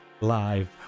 live